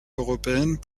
européenne